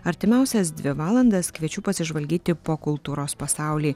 artimiausias dvi valandas kviečiu pasižvalgyti po kultūros pasaulį